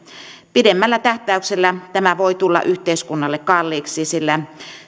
pidemmällä tähtäyksellä tämä voi tulla yhteiskunnalle kalliiksi sillä